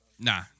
Nah